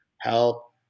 help